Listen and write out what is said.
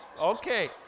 Okay